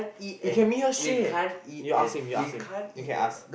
we can meet her straight you ask him you ask him you can ask